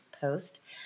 post